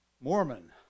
Mormon